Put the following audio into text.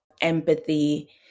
empathy